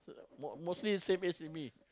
most mostly same age with me